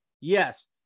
Yes